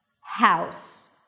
house